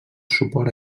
suport